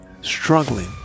struggling